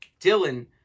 Dylan